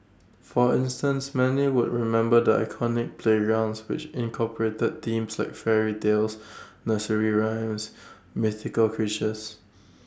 for instance many would remember the iconic playgrounds which incorporated themes like fairy tales nursery rhymes mythical creatures